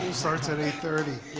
starts at eight thirty.